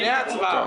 ההצעה